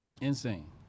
Insane